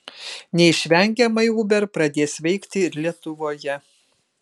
neišvengiamai uber pradės veikti ir lietuvoje